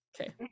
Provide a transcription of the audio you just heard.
Okay